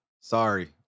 Sorry